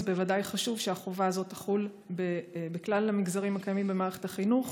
אז בוודאי חשוב שהחובה הזאת תחול על כלל המגזרים הקיימים במערכת החינוך.